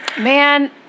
Man